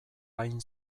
hain